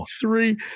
three